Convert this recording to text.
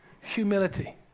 Humility